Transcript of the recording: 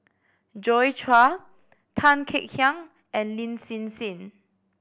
Joi Chua Tan Kek Hiang and Lin Hsin Hsin